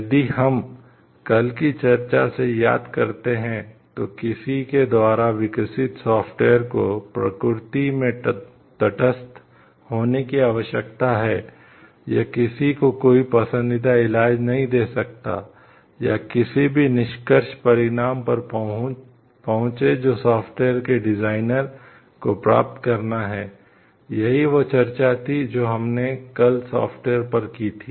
यदि हम कल की चर्चा से याद करते हैं तो किसी के द्वारा विकसित सॉफ्टवेयर पर की थी